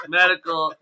medical